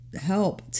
help